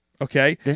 Okay